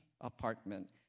apartment